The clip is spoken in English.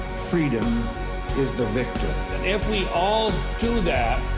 freedom is the victor. and if we all do that,